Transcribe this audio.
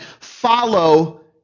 follow